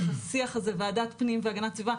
השיח הזה ועדת פנים והגנת הסביבה,